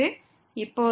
இப்போது xy≠00